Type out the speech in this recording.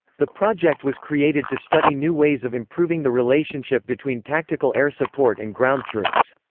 the project was created to study new ways of improving the relationship between tactical air support and ground troops.